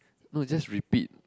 no just repeat